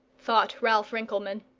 thought ralph rinkelmann.